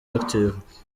active